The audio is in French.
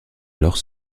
alors